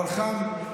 אבל חם.